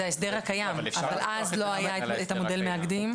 זה ההסדר הקיים אבל אז לא היה את המודל מאגדים.